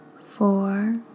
four